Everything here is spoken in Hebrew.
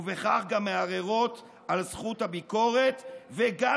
ובכך גם מערערות על זכות הביקורת וגם